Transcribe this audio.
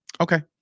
Okay